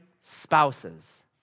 spouses